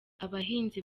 abahinzi